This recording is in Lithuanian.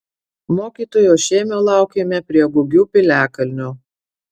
mokytojo šėmio laukėme prie gugių piliakalnio